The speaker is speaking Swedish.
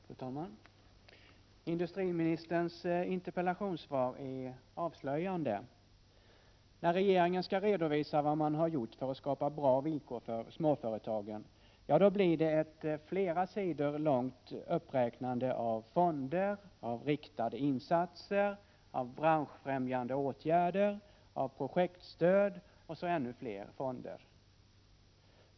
Fru talman! Industriministerns interpellationssvar är avslöjande. När regeringen skall redovisa vad den gjort för att skapa bra villkor för småföretagen blir det en flera sidor lång uppräkning av fonder, riktade insatser, branschfrämjande åtgärder, projektstöd och ännu fler fonder.